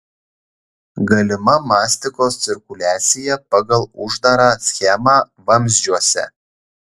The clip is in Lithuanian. galima mastikos cirkuliacija pagal uždarą schemą vamzdžiuose